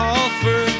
offer